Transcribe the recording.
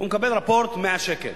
הוא מקבל רפורט 100 שקל.